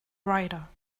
rider